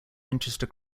winchester